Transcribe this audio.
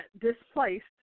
displaced